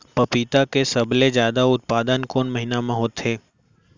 पपीता के सबले जादा उत्पादन कोन महीना में होथे?